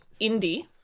indie